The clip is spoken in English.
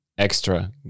extra